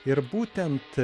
ir būtent